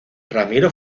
ramiro